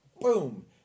Boom